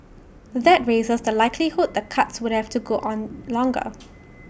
that raises the likelihood the cuts would have to go on longer